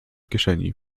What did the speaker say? kieszeni